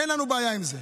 אין לנו בעיה עם זה.